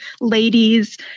ladies